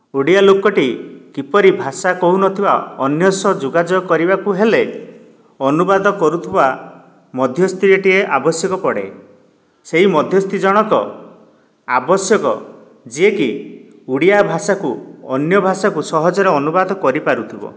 ଓଡ଼ିଆ ଲୋକଟି କିପରି ଭାଷା କହୁନଥିବା ଅନ୍ୟ ସହ ଯୋଗାଯୋଗ କରିବାକୁ ହେଲେ ଅନୁବାଦ କରୁଥିବା ମଧ୍ୟସ୍ଥିଟିଏ ଆବଶ୍ୟକ ପଡ଼େ ସେହି ମଧ୍ୟସ୍ଥି ଜଣକ ଆବଶ୍ୟକ ଯିଏକି ଓଡ଼ିଆ ଭାଷାକୁ ଅନ୍ୟ ଭାଷାକୁ ସହଜରେ ଅନୁବାଦ କରିପାରୁଥିବ